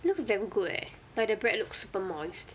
looks damn good eh but the bread looks super moist